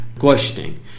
Questioning